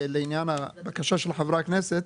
לעניין הבקשה של חברי הכנסת,